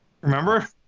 remember